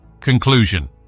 Conclusion